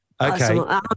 Okay